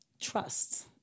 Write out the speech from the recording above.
trust